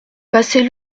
passez